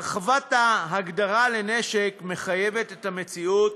הרחבת ההגדרה לנשק מחויבת המציאות,